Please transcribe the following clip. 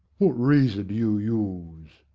what razor do you use?